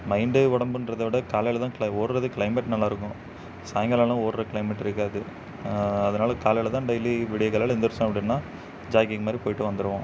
mind உடம்புன்றத விட காலையில தான் க்ளை ஓடுறது க்ளைமேட் நல்லா இருக்கும் சாய்ங்காலம் எல்லாம் ஓடுற க்ளைமேட் இருக்காது அதனால் காலையில தான் டெய்லி விடிய காலையில எந்திரிச்சோம் அப்படின்னா ஜாகிங் மாதிரி போய்ட்டு வந்துடுவோம்